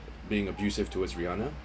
being abusive towards rihanna